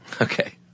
Okay